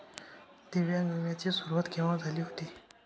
दिव्यांग विम्या ची सुरुवात केव्हा झाली होती?